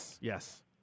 Yes